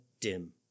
dim